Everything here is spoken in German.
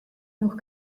noch